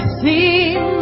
seem